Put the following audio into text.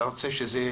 אתה רוצה שזה ידווח?